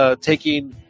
taking